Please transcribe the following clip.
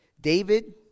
David